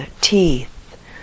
teeth